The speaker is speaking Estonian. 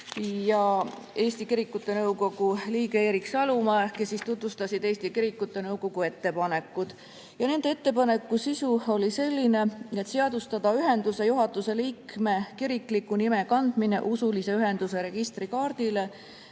ja Eesti Kirikute Nõukogu liige Erik Salumäe, kes tutvustasid Eesti Kirikute Nõukogu ettepanekuid. Nende [olulisema] ettepaneku sisu oli seadustada ühenduse juhatuse liikme kirikliku nime kandmine usulise ühenduse registrikaardile